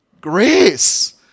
grace